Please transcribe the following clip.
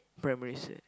primary six